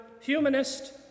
humanist